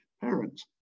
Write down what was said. parents